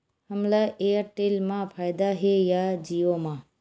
हमला एयरटेल मा फ़ायदा हे या जिओ मा?